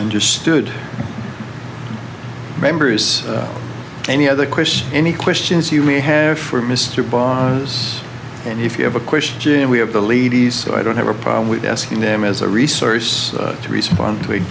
just stood members any other question any questions you may have for mr barr and if you have a question we have the leads so i don't have a problem with asking them as a resource to respond to a